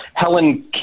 Helen